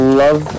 love